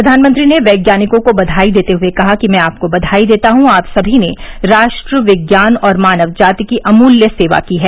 प्र्यानमंत्री ने वैज्ञानिकों को बयाई देते हुए कहा कि मैं आपको बधाई देता हूँ आप सभी ने राष्ट्र विज्ञान और मानव जाति की अमूल्य सेवा की है